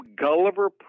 Gulliver